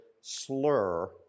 slur